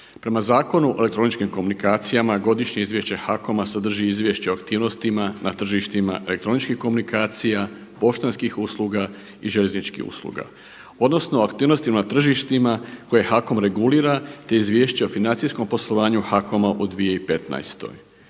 Prema Zakonu o elektroničkim komunikacijama Godišnje izvješće HAKOM-a sadrži Izvješće o aktivnostima na tržištima elektroničkih komunikacija, poštanskih usluga i željezničkih usluga odnosno aktivnostima na tržištima koje HAKOM regulira, te Izvješća o financijskom poslovanju HAKOM-a u 2015.